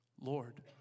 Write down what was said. Lord